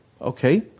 Okay